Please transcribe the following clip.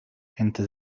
into